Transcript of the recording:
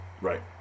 Right